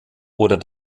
oder